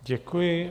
Děkuji.